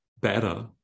better